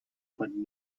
but